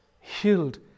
healed